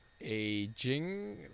aging